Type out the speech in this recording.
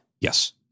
Yes